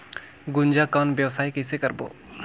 गुनजा कौन व्यवसाय कइसे करबो?